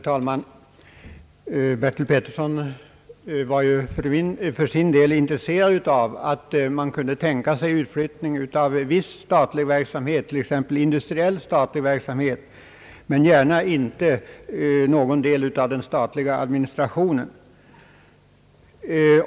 Herr talman! Herr Bertil Petersson var för sin' del intresserad av tanken på en utflyttning av viss statlig verksamhet, t.ex. industriell sådan, men inte gärna av någon del av den statliga administrationen.